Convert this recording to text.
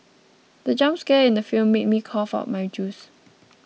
the jump scare in the film made me cough out my juice